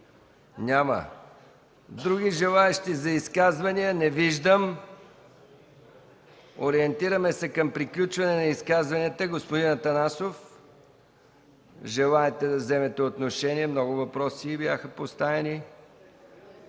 Няма. Други желаещи за изказване? Не виждам. Ориентираме се към приключване на изказванията. Господин Атанасов желае да вземе отношение. Много въпроси бяха поставени,